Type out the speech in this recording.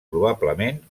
probablement